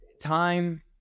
time